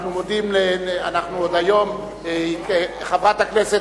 עוד היום חברת הכנסת